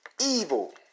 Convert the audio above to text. Evil